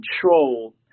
control